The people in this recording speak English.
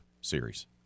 series